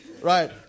Right